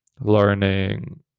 learning